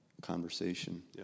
conversation